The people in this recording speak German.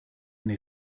eine